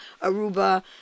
Aruba